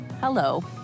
Hello